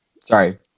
Sorry